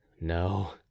no